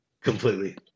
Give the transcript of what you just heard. Completely